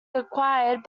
acquired